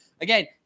again